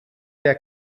der